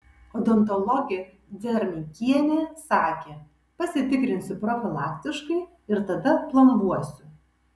odontologė dzermeikienė sakė pasitikrinsiu profilaktiškai ir tada plombuosiu